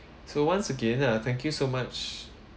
so once again ah thank you so much